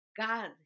God